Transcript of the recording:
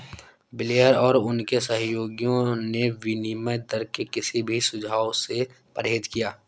Blair और उनके सहयोगियों ने विनिमय दर के किसी भी सुझाव से परहेज किया